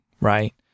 right